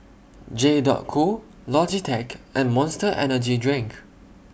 J Dot Co Logitech and Monster Energy Drink